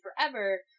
forever